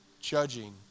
judging